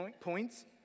points